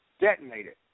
detonated